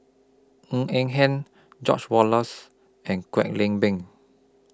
Ng Eng Hen George Oehlers and Kwek Leng Beng